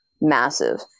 massive